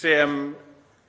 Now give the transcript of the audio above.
sem